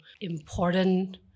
important